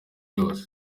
yose